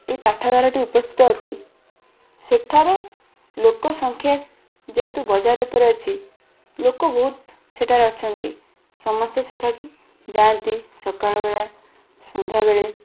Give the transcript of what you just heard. ଏହି ପାଠାଗାରାଟି ଉପସ୍ଥିତ ଅଛି ସେଠାରେ ଲୋକସଂଖ୍ୟା ଯେହେତୁ ବଜାର ଉପରେ ଅଛି ଲୋକ ବହୁତ ସେଠାରେ ଅଛନ୍ତି ସମସ୍ତେ ସେଠାକି ଯାଆନ୍ତି ସକାଳ ବେଳା ସନ୍ଧ୍ୟା ବେଳେ